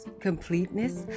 completeness